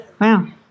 Wow